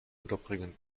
unterbringen